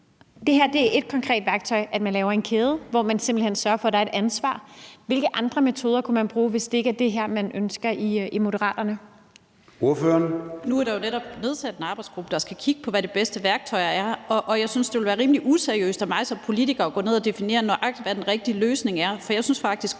Det her er ét konkret værktøj, hvor man laver en kæde, hvor man simpelt hen sørger for, at der er et ansvar. Hvilke andre metoder kunne man bruge, hvis det ikke er det her, man ønsker i Moderaterne? Kl. 13:31 Formanden (Søren Gade): Ordføreren. Kl. 13:31 Karin Liltorp (M): Nu er der jo netop nedsat en arbejdsgruppe, der skal kigge på, hvad de bedste værktøjer er. Jeg synes, at det ville være rimelig useriøst af mig som politiker at gå ned og definere, nøjagtig hvad den rigtige løsning er. Jeg synes faktisk,